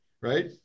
Right